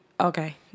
Okay